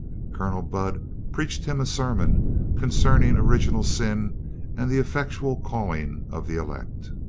colonel budd preached him a sermon concerning original sin and the effectual calling of the elect.